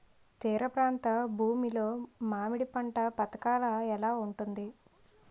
తీర ప్రాంత భూమి లో మామిడి పంట పథకాల ఎలా ఉంటుంది?